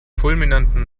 fulminanten